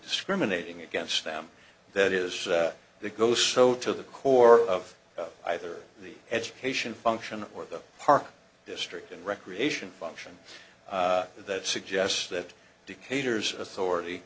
discriminating against them that is that goes so to the core of either the education function or the park district and recreation function that suggests that dictators authority